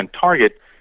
target